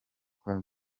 kwa